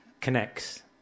connects